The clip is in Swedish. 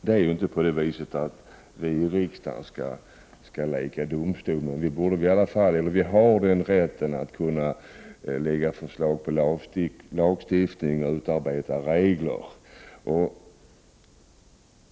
Det är ju inte på det viset att vi i riksdagen skall leka domstol. Men vi har rätten att lägga fram förslag till lagstiftning och utarbeta regler.